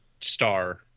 star